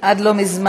עד לא מזמן,